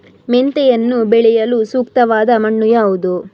ಮೆಂತೆಯನ್ನು ಬೆಳೆಯಲು ಸೂಕ್ತವಾದ ಮಣ್ಣು ಯಾವುದು?